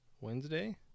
Wednesday